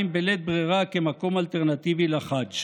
בירושלים, בלית ברירה, כמקום אלטרנטיבי לחאג'.